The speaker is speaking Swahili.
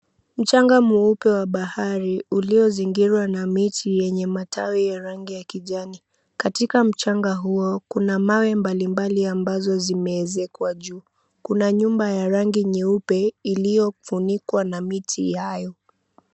Mchanga mweupe wa bahari uliozingirwa na miti yenye matawi ya rangi ya kijani. Katika mchanga huo kuna mawe mbali mbali ambazo zimeezekwa juu. Kuna nyumba ya rangi nyeupe iliyofunikwa na miti hayo.